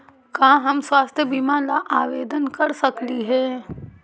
का हम स्वास्थ्य बीमा ला आवेदन कर सकली हे?